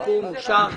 הסיכום אושר.